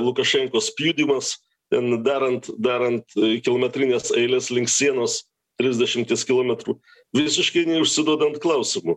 lukašenkos pjudymas ten darant darant kilometrines eiles link sienos trisdešimties kilometrų visiškai neužsiduodant klausimo